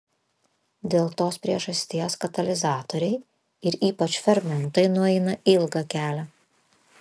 dėl tos priežasties katalizatoriai ir ypač fermentai nueina ilgą kelią